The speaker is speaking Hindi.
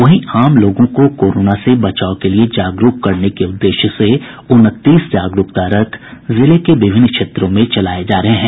वहीं आम लोगों को कोरोना से बचाव के लिए जागरूक करने के उद्देश्य से उनतीस जागरूकता रथ जिले के विभिन्न क्षेत्रों में चलाये जा रहे हैं